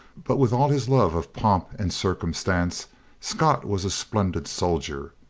but with all his love of pomp and circumstance scott was a splendid soldier,